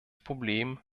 problem